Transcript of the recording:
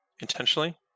intentionally